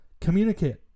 Communicate